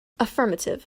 affirmative